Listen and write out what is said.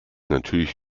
natürlich